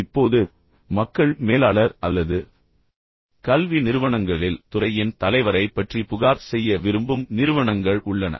இப்போது மக்கள் மேலாளர் அல்லது கல்வி நிறுவனங்களில் துறையின் தலைவரைப் பற்றி புகார் செய்ய விரும்பும் நிறுவனங்கள் உள்ளன